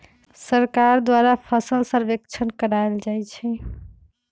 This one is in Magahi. सरकार के द्वारा फसल सर्वेक्षण करायल जाइ छइ